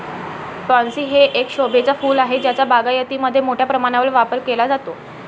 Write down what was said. pansy हे एक शोभेचे फूल आहे ज्याचा बागायतीमध्ये मोठ्या प्रमाणावर वापर केला जातो